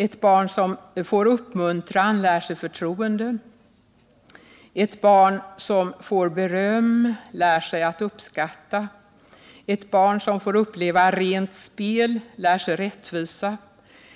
Ett barn som får uppmuntran lär sig förtroende. Ett barn som får beröm lär sig att uppskatta. Ett barn som får uppleva rent spel lär sig rättvisa.